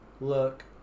look